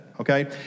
Okay